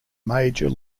major